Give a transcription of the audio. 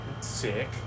Sick